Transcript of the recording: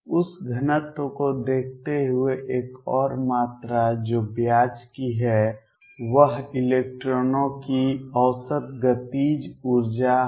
उस घनत्व को देखते हुए एक और मात्रा जो ब्याज की है वह इलेक्ट्रॉनों की औसत गतिज ऊर्जा है